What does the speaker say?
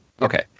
okay